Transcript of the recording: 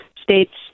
States